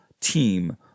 team